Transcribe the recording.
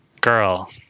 girl